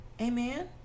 amen